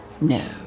No